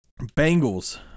Bengals